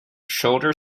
shoulder